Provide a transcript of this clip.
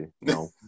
No